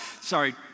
sorry